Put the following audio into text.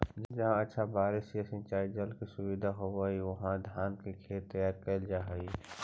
जहाँ अच्छा बारिश या सिंचाई जल के सुविधा होवऽ हइ, उहाँ धान के खेत तैयार कैल जा हइ